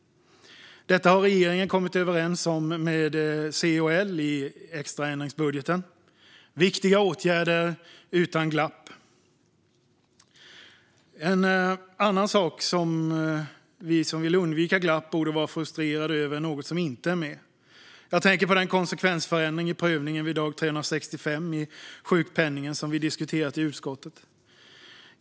Detta har regeringen kommit överens om med C och L i extraändringsbudgeten. Det är viktiga åtgärder, och det blir inga glapp. En annan sak som vi som vill undvika glapp borde vara frustrerade över finns dock inte med här. Jag tänker på den konsekvensändring i prövningen vid dag 365 i sjukpenningen som vi har diskuterat i utskottet.